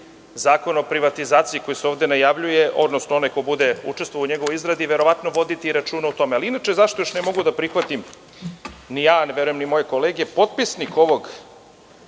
Zakon o privatizaciji koji se ovde najavljuje, odnosno onaj ko bude učestvovao u njegovoj izradi, verovatno će voditi računa o tome. Inače, zašto još ne mogu da prihvatim ni ja, verujem ni moje kolege, potpisnik ovog